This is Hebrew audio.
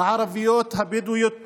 הערביות הבדואיות בנגב.